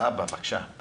אבא של נטע, בבקשה.